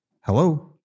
hello